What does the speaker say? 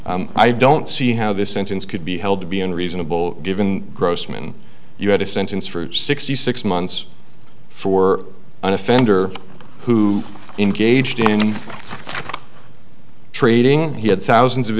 i don't see how this sentence could be held to be in reasonable given grossman you had a sentence for sixty six months for an offender who engaged in trading he had thousands of